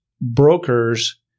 brokers